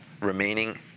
remaining